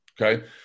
Okay